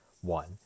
one